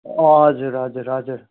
हजुर हजुर हजुर